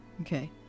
okay